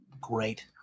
great